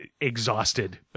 exhausted